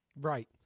right